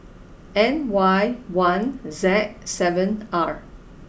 N Y one Z seven R